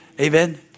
Amen